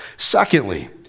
Secondly